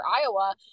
Iowa